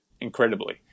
incredibly